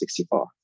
64